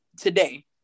today